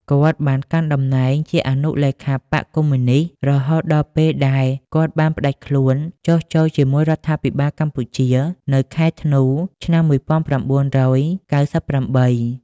គាត់ បានកាន់តំណែងជាអនុលេខាបក្សកុម្មុយនិស្តរហូតដល់ពេលដែលគាត់បានផ្តាច់ខ្លួនចុះចូលជាមួយរដ្ឋាភិបាលកម្ពុជា នៅខែធ្នូ ឆ្នាំ១៩៩៨។